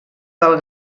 del